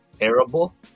terrible